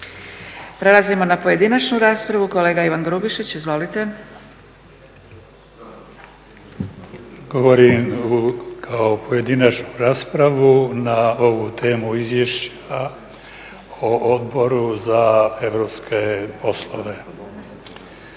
Prelazimo na pojedinačnu raspravu, kolega Ivan Grubišić. Izvolite. **Grubišić, Ivan (Nezavisni)** Govorim kao pojedinačnu raspravu na ovu temu izvješća o Odboru za europske poslove.